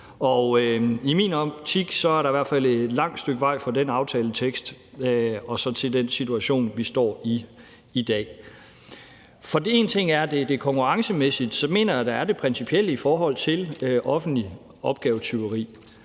I min optik er der i hvert fald et langt stykke vej fra den aftaletekst og så til den situation, vi står i i dag. Der er det konkurrencemæssige, men jeg mener også, at der er det principielle i forhold til offentligt opgavetyveri.